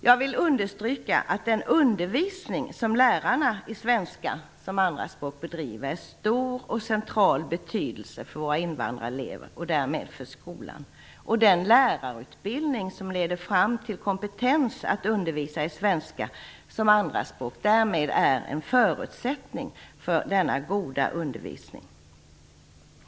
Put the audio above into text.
Jag vill understryka att den undervisning som lärarna i svenska som andraspråk bedriver har stor och central betydelse för våra invandrarelever och därmed för skolan och att den lärarutbildning som leder fram till kompetens att undervisa i svenska som andraspråk därmed är en förutsättning för denna goda undervisning.